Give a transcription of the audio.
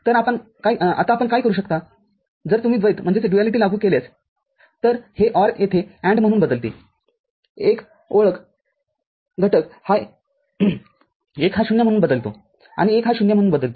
तरआता आपण काय करू शकता जर तुम्ही द्वैत लागू केल्यास तरहे OR येथे AND म्हणून बदलते १ ओळख घटक १ हा ० म्हणून बदलतोआणि १ हा ० म्हणून बदलतो